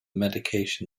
medication